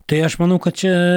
tai aš manau kad čia